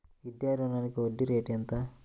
విద్యా రుణానికి వడ్డీ రేటు ఎంత?